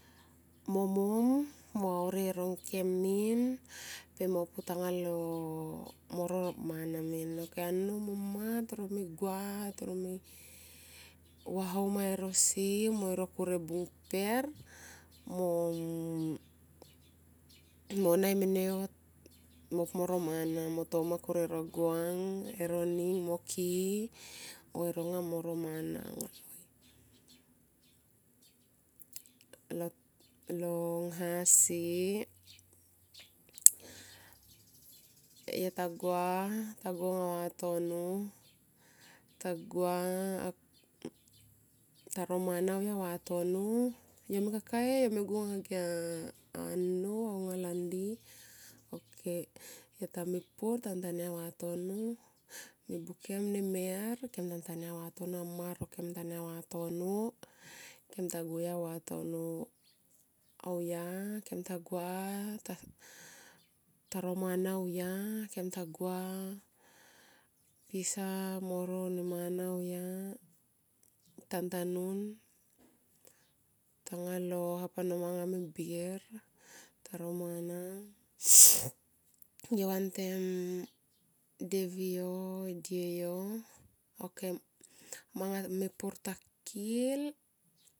Mo mom mo vauri e rongkem min per mo putanga lo mo ro mana min ok a nnou mo mma toro me gua toro me vaho mae rosi mo ro kur e bung per mo nae mene yo mo pu moro mana mo toma kure ro gong e roning mo ki i e ronga mo ro mana. Long ngha si yota gua ta go anga vatono ta gua taro mana auga vatono yome kakae go anga ge nnou angalandi ok yota me pur tan tania vatono mebukem ne mer kem tantania vatono amma ro kem tania vatono, kem ta go auya vatono auya kem ta gua. Toro mana auya kem ta gua pisa mone ro mana auya tantanun tanga lo hap ano manga me bir taro mana. yo vantem devi yo, sieyo ok manga mepur ta kil.